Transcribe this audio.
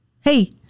Hey